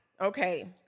Okay